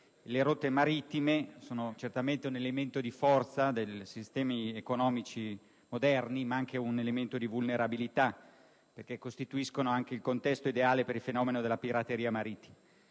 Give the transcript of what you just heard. Le rotte marittime sono certamente un elemento di forza dei sistemi economici moderni, ma anche un elemento di vulnerabilità perché costituiscono il contesto ideale per il fenomeno della pirateria marittima.